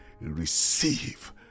Receive